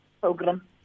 program